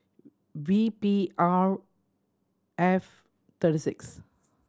V P R F three six